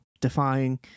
defying